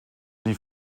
die